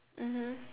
mmhmm